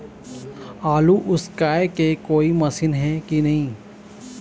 आलू उसकाय के कोई मशीन हे कि नी?